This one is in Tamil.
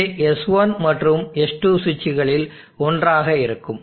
இது S1 மற்றும் S2 சுவிட்ச்சில் ஒன்றாக இருக்கும்